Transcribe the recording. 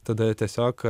tada tiesiog